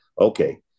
okay